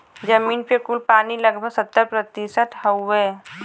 जमीन पे कुल पानी लगभग सत्तर प्रतिशत हउवे